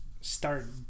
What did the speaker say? start